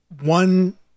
one